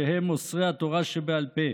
שהם מוסרי התורה שבעל פה.